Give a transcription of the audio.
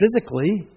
physically